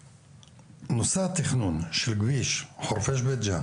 מוסד תכנון של כביש חורפיש-עין